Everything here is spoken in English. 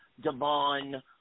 Devon